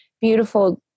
beautiful